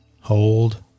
hold